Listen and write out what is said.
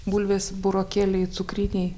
bulvės burokėliai cukriniai